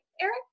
Eric